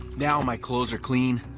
now my clothes are clean.